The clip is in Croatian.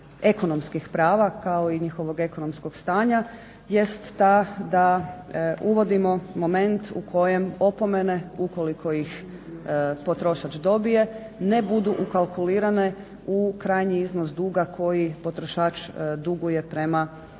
ekonomskih prava kao i njihovog ekonomskog stanja jest ta da uvodimo moment u kojem opomene ukoliko ih potrošač dobije ne budu ukalkulirane u krajnji iznos duga koji potrošač duguje prema